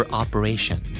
operation